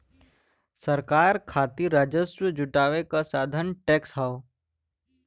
सरकार खातिर राजस्व जुटावे क साधन टैक्स हौ